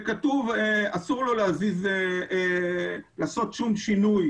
כתוב שלבעל העסק אזור לעשות כל שינוי,